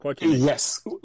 Yes